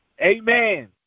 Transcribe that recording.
Amen